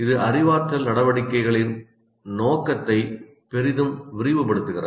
இது அறிவாற்றல் நடவடிக்கைகளின் நோக்கத்தை பெரிதும் விரிவுபடுத்துகிறது